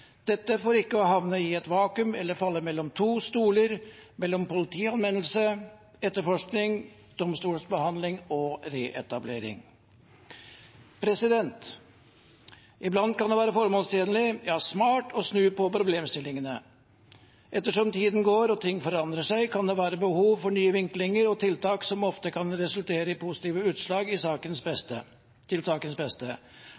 dette for ikke å havne i et vakuum eller falle mellom to stoler mellom politianmeldelse, etterforskning, domstolsbehandling og reetablering. Iblant kan det være formålstjenlig, ja smart, å snu på problemstillingene. Etter som tiden går og ting forandrer seg, kan det være behov for nye vinklinger og tiltak, som ofte kan resultere i positive utslag til sakens